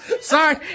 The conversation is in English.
Sorry